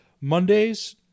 Mondays